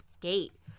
gate